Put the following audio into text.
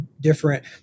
different